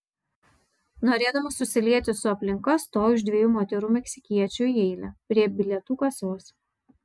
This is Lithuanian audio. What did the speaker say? norėdamas susilieti su aplinka stoju už dviejų moterų meksikiečių į eilę prie bilietų kasos